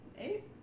Eight